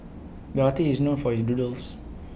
the artist is known for his doodles